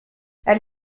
elle